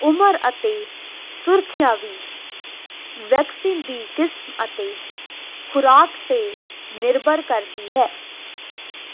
ਉਮਰ ਅਤੇ ਸੁਰੱਖਿਆ ਵੀ ਵੈਕਸੀਨ ਦੀ ਕਿਸਮ ਅਤੇ ਖੁਰਾਕ 'ਤੇ ਨਿਰਭਰ ਕਰਦੀ ਹੈ